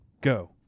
go